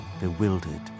bewildered